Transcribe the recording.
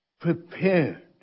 prepared